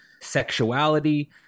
sexuality